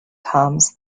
comes